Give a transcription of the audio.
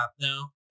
now